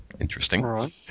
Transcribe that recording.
Interesting